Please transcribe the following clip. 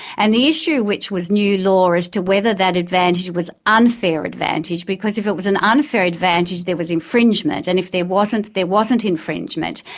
and the issue which was new law as to whether that advantage was unfair advantage, because if it was an unfair advantage, there was infringement, and if there wasn't, there wasn't infringement,